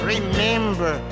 Remember